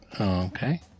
Okay